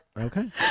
Okay